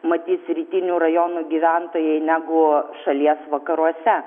matys rytinių rajonų gyventojai negu šalies vakaruose